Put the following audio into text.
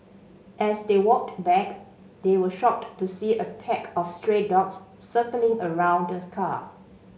as they walked back they were shocked to see a pack of stray dogs circling around the car